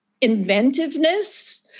inventiveness